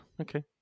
Okay